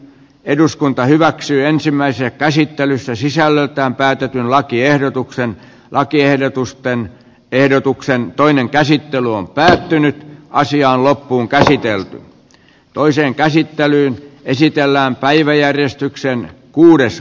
eduskunta hyväksyi ensimmäisenä käsittelyssä sisällöltään päätetyn lakiehdotuksen lakiehdotusta ehdotuksen toinen käsittely on päättynyt asiaa loppuunkäsitelty ja toiseen käsittelyyn esitellään päiväjärjestykseen kuumuudessa